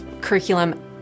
curriculum